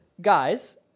guys